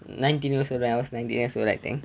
nineteen years old when I was nineteen years old I think